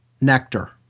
nectar